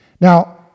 Now